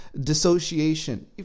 dissociation